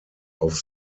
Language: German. auf